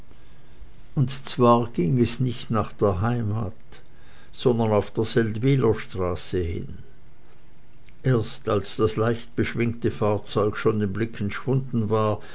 und zwar ging es nicht nach der heimat sondern auf der seldwyler straße hin erst als das leichtbeschwingte fahrzeug schon dem blick entschwunden war